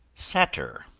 satyr,